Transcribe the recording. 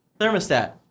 thermostat